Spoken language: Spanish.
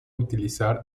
utilizar